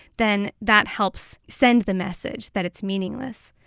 then that helps send the message that it's meaningless.